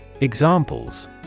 Examples